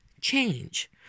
change